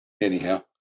Anyhow